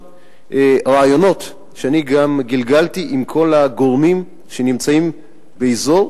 רעיונות שגם גלגלתי עם כל הגורמים שנמצאים באזור,